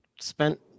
spent